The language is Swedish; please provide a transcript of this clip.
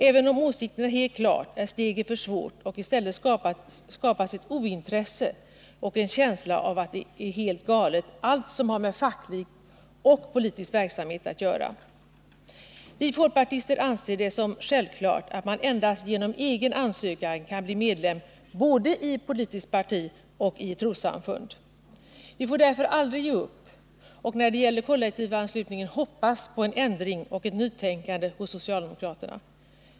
Även om åsikten är helt klar är steget för svårt och i stället skapas ett ointresse och en känsla av att allt som har med facklig och politisk verksamhet att göra är helt galet. Vi folkpartister anser det som självklart att man endast genom egen ansökan kan bli medlem både i ett politiskt parti och i ett trossamfund. Vi får därför aldrig ge upp, och när det gäller kollektivanslutningen hoppas på en ändring och ett nytänkande hos socialdemokraterna.